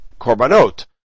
korbanot